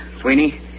Sweeney